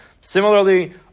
Similarly